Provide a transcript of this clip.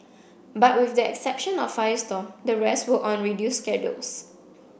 but with the exception of firestorm the rest were on reduced schedules